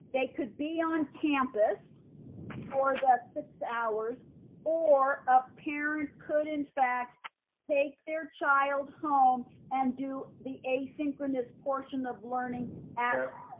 they could be on campus for the six hours or a parent could in fact take their child home and do the asynchronous portion of learning at ah